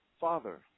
Father